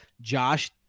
Josh